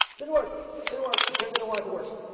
didn't work didn't work, jim didn't wanted to work